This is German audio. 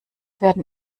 werden